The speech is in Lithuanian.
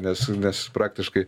nes nes praktiškai